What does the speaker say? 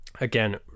again